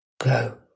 go